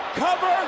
cover,